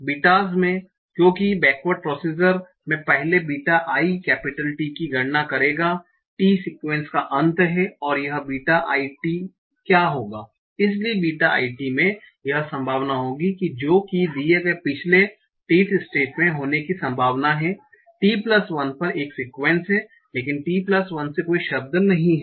betas में क्योंकि backward procedure मैं पहले बीटा i कैपिटल T की गणना करेगा T सिकुएंस का अंत है और यह बीटा i t क्या होगा इसलिए बीटा i t में यह संभावना होगी जो की दिए गए पिछले t th स्टेट में होने की संभावना है t1 पर एक सिकुएंस हैं लेकिन t1 से कोई शब्द नहीं है